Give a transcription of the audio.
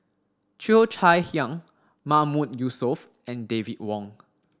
Cheo Chai Hiang Mahmood Yusof and David Wong